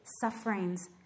sufferings